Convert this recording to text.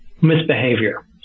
misbehavior